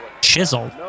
Chisel